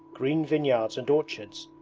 green vineyards and orchards,